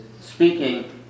speaking